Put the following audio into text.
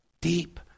deep